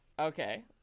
Okay